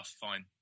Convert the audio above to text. fine